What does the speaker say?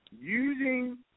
Using